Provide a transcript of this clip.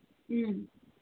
ꯎꯝ